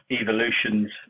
evolutions